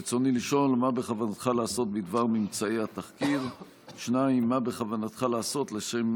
רצוני לשאול: 1. מה בכוונתך לעשות בדבר ממצאי התחקיר?